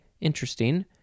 interesting